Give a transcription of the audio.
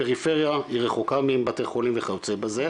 הפריפריה היא רחוקה מבתי חולים וכיוצא בזה,